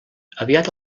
aviat